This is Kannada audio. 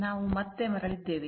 ನಾವು ಮತ್ತೆ ಮರಳಿದ್ದೇವೆ